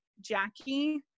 Jackie